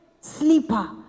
sleeper